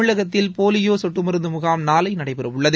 தமிழகத்தில் போலிலயோ சொட்டு மருந்து முகாம் நாளை நடைபெற உள்ளது